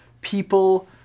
People